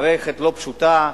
מערכת לא פשוטה.